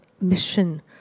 mission